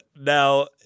now